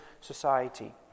society